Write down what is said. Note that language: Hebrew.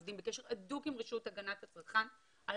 עובדים בקשר הדוק עם רשות הגנת הצרכן על